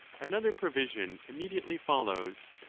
another provision immediately follows,